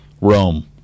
Rome